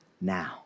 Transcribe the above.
now